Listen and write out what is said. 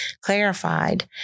clarified